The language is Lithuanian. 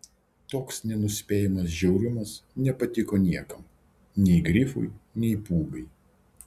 toks nenuspėjamas žiaurumas nepatiko niekam nei grifui nei pūgai